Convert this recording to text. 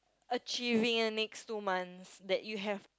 achieving in the next two months that you have